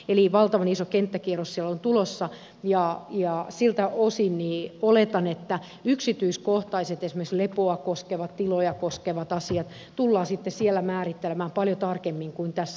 eli valtavan iso kenttäkierros siellä on tulossa ja siltä osin oletan että esimerkiksi yksityiskohtaiset lepoa koskevat tiloja koskevat asiat tullaan sitten siellä määrittelemään paljon tarkemmin kuin tässä pohjassa